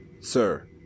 Sir